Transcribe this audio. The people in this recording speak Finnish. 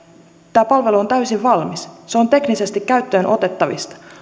tämä palvelu on täysin valmis se on teknisesti käyttöön otettavissa